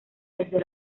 desde